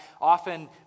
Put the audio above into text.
often